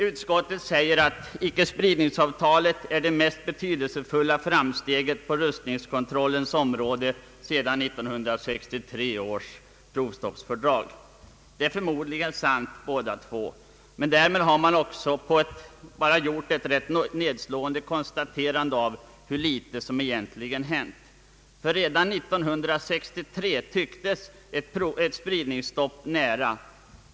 Utskottet säger att icke-spridningsavtalet är det mest betydelsefulla framsteget på rustningskontrollens område sedan 1963 års provstoppsfördrag. Det är förmodligen sant båda delarna, men därmed har man bara gjort ett rätt nedslående konstaterande av hur litet som egentligen hänt. Redan 1963 tycktes ett spridningsstopp nära.